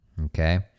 Okay